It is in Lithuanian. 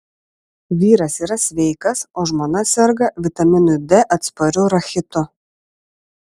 vyras yra sveikas o žmona serga vitaminui d atspariu rachitu